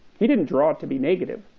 he didn't draw it to be negative,